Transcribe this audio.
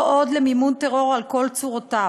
לא עוד למימון טרור על כל צורותיו.